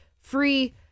free